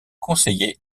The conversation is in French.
conseiller